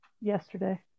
yesterday